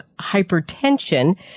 hypertension